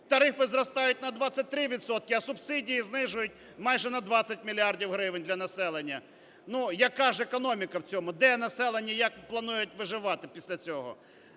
Тарифи зростають на 23 відсотки, а субсидії знижують майже на 20 мільярдів гривень для населення. Ну, яка ж економіка в цьому? Де населення? Як планують виживати після цього?